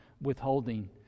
withholding